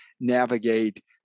navigate